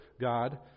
God